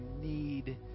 need